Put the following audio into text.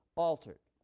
altered.